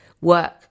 work